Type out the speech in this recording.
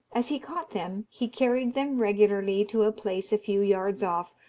as he caught them he carried them regularly to a place a few yards off,